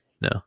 No